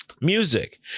music